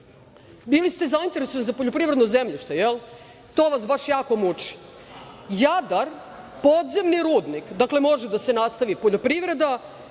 Bili ste zainteresovani za poljoprivredno zemljište, jel, to vas baš jako muči? Jadar, podzemni rudnik, dakle, može da se nastavi poljoprivreda,